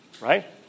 right